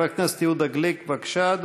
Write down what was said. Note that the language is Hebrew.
חבר הכנסת יהודה גליק, בבקשה,